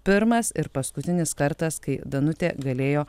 pirmas ir paskutinis kartas kai danutė galėjo